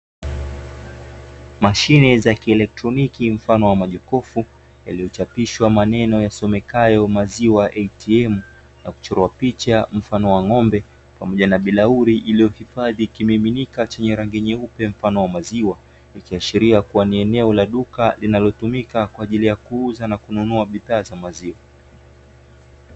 Mashine za kielektroniki mfano wa majukofu yaliyochapishwa maneno yasomekayo "maziwa ATM" na kuchorwa picha mfano wa ng'ombe pamoja na bilauli iliyohifadhi kimiminika chenye rangi nyeupe mfano wa maziwa, ikiashiria kuwa ni eneo la duka linalotumika kwa ajili ya kuuza na kununua bidhaa za maziwa.